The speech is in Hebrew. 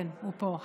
כן הוא פה.